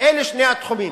אלה שני התחומים.